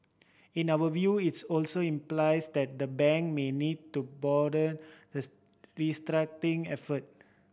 in our view it also implies that the bank may need to broaden the restructuring effort